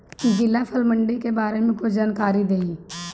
जिला फल मंडी के बारे में कुछ जानकारी देहीं?